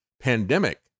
pandemic